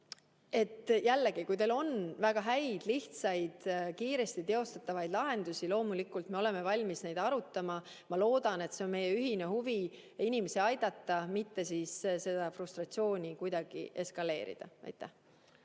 et jällegi, kui teil on väga häid, lihtsaid ja kiiresti teostatavaid lahendusi, siis loomulikult me oleme valmis neid arutama. Ma loodan, et meie ühine huvi on inimesi aidata, mitte kuidagi frustratsiooni eskaleerida. Aitäh!